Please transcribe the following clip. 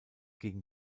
gegen